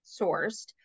sourced